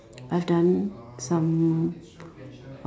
I've done some